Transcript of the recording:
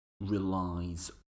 relies